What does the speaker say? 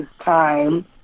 time